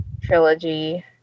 trilogy